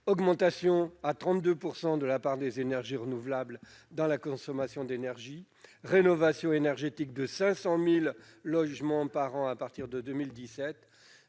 augmentation à 32 % de la part des énergies renouvelables dans la consommation d'énergie ; rénovation énergétique de 500 000 logements par an à partir de 2017.